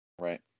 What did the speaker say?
Right